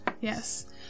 Yes